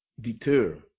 deter